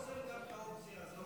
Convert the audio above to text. אני לא פוסל את האופציה הזאת.